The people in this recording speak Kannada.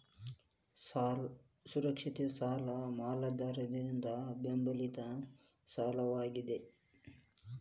ಸುರಕ್ಷಿತ ಸಾಲ ಮೇಲಾಧಾರದಿಂದ ಬೆಂಬಲಿತ ಸಾಲವಾಗ್ಯಾದ